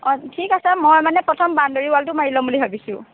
অঁ ঠিক আছে মই মানে প্ৰথম বাওণ্ডেৰী ৱালটো মাৰি ল'ম বুলি ভাবিছোঁ